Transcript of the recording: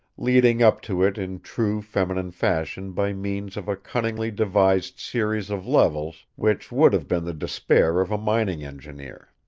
leading up to it in true feminine fashion by means of a cunningly devised series of levels which would have been the despair of a mining engineer.